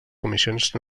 comissions